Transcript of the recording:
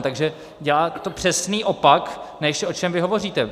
Takže děláte tu přesný opak, než o čem hovoříte.